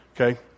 Okay